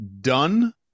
done